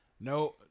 no